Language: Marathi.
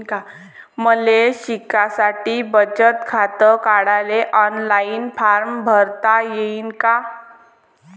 मले शिकासाठी बचत खात काढाले ऑनलाईन फारम भरता येईन का?